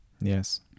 Yes